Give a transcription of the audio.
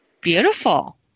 Beautiful